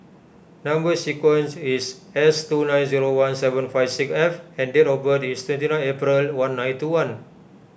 Number Sequence is S two nine zero one seven five six F and date of birth is twenty ninth April one nine two one